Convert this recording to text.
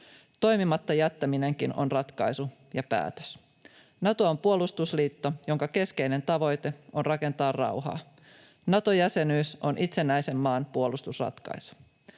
Toimimatta jättäminenkin on ratkaisu ja päätös. Nato on puolustusliitto, jonka keskeinen tavoite on rakentaa rauhaa. Nato-jäsenyys on itsenäisen maan puolustusratkaisu.